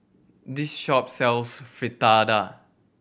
this shop sells Fritada